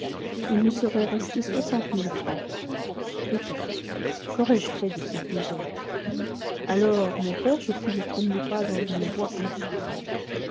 il me serait resté soixante mille francs peut-être quaurai je fait de cette misère alors mon père je fis le premier pas dans une voie infâme